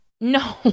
No